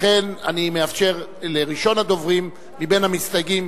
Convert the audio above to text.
אני מאפשר לראשון הדוברים מבין המסתייגים,